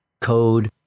Code